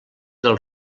del